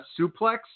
suplex